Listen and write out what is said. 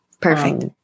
perfect